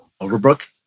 Overbrook